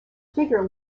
figure